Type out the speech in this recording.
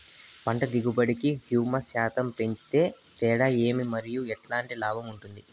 పంట దిగుబడి కి, హ్యూమస్ శాతం పెంచేకి తేడా ఏమి? మరియు ఎట్లాంటి లాభం ఉంటుంది?